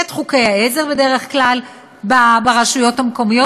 את חוקי העזר בדרך כלל ברשויות המקומיות,